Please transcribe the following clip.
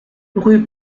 rue